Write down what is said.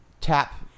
tap